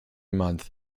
month